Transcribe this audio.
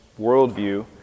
worldview